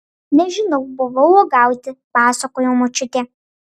nežinau buvau uogauti pasakojo močiutė